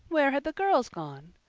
where had the girls gone?